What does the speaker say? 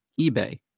eBay